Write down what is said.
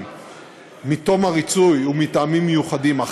אחרת, בחלוף 14 שנים מתום הריצוי ומטעמים מיוחדים,